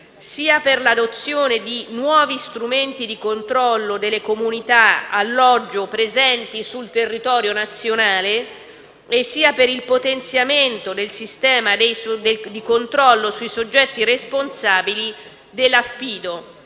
sia per l'adozione di nuovi strumenti di controllo delle comunità alloggio presenti sul territorio nazionale sia per il potenziamento del sistema dei controlli sui soggetti responsabili dell'affido